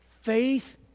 faith